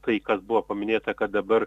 tai kas buvo paminėta kad dabar